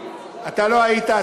אתה לא היית,